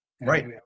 Right